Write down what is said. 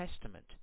Testament